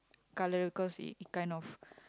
colour because it it kind of